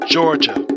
Georgia